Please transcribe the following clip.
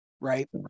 right